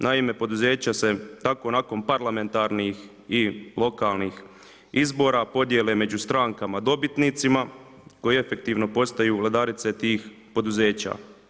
Naime, poduzeća se tako nakon parlamentarnih i lokalnih izbora podijele među strankama dobitnicima koji efektivno postaju vladarice tih poduzeća.